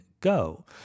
go